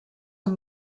amb